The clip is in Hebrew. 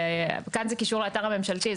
כאן זה קישור לאתר הממשלתי.